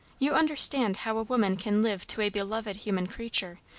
you understand how a woman can live to a beloved human creature,